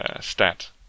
stat